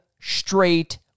straight